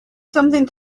something